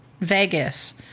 Vegas